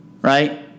Right